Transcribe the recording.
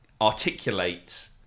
articulate